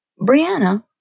Brianna